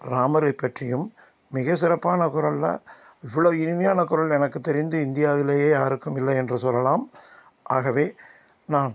ராமரை பற்றியும் மிக சிறப்பான குரலில் இவ்வளோ இனிமையான குரல் எனக்கு தெரிந்து இந்தியாவிலேயே யாருக்கும் இல்லை என்று சொல்லலாம் ஆகவே நான்